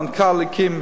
המנכ"ל הקים,